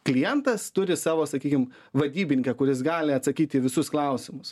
klientas turi savo sakykim vadybininką kuris gali atsakyti į visus klausimus